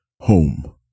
home